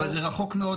אבל זה רחוק מאוד מהיעד.